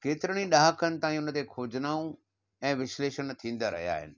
केतिरनि ही ॾहाकनि ताईं खोजनाऊं ऐं विशिलेशण थींदा रहिया आहिनि